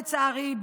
לצערי,